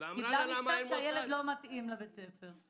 אמרו לה שהילד לא מתאים לבית הספר,